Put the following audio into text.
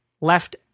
left